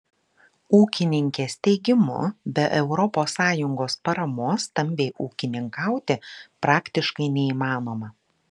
ūkininkės teigimu be europos sąjungos paramos stambiai ūkininkauti praktiškai neįmanoma